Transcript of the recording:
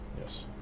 Yes